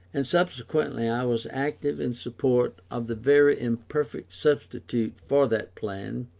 and subsequently i was active in support of the very imperfect substitute for that plan,